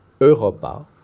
Europa